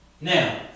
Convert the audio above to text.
Now